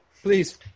please